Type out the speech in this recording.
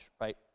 right